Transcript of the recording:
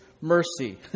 mercy